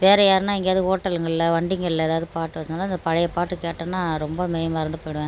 வேறு யார்னா எங்கயாது ஓட்டல்ங்களில் வண்டிங்களில் எதாவது பாட்டு வச்சுருந்தாலும் அந்த பழைய பாட்டு கேட்டன்னா ரொம்ப மெய் மறந்து போய்விடுவன்